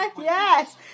Yes